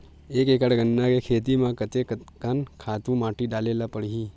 एक एकड़ गन्ना के खेती म कते कन खातु माटी डाले ल पड़ही?